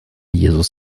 jesus